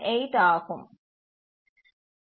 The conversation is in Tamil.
78 ஆகும்